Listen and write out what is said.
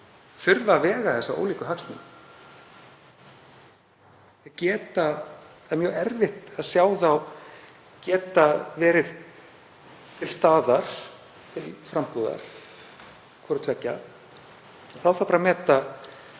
þurfa að vega þessa ólíku hagsmuni. Það er mjög erfitt að sjá þá geta verið til staðar til frambúðar, hvorir tveggja. Þá þarf bara að meta